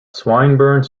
swinburne